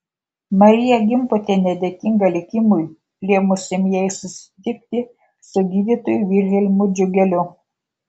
marija gimbutienė dėkinga likimui lėmusiam jai susitikti su gydytoju vilhelmu džiugeliu